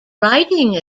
writing